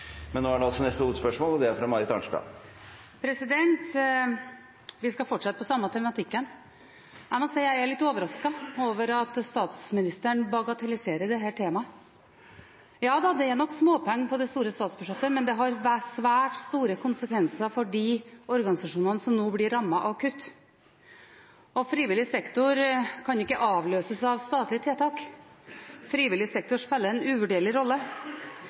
hovedspørsmål. Vi skal fortsette på samme tematikken. Jeg må si jeg er litt overrasket over at statsministeren bagatelliserer dette temaet. Ja, det er nok småpenger på det store statsbudsjettet, men det har svært store konsekvenser for de organisasjonene som nå blir rammet av kutt. Frivillig sektor kan ikke avløses av statlige tiltak. Frivillig sektor spiller en uvurderlig rolle,